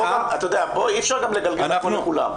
אי אפשר לגלגל את זה לכולם.